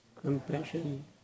compassion